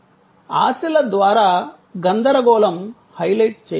ఆశల ద్వారా గందరగోళం హైలైట్ చేయబడింది